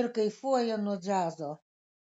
ir kaifuoja nuo džiazo